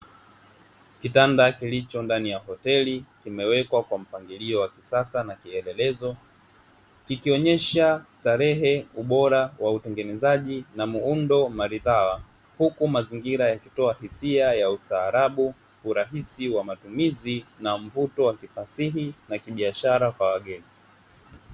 Kitabda kilicho ndani ya hoteli kimewekwa kwa mpangilio wa kisasa na kielelezo kikionyesha starehe, ubora wa utengenezaji na muundo maridhawa huku mazingira yakitoa hisia ya ustarabu, urahisi wa matumizi na mvuto wa kifasihi na kibiashara kwa wageni.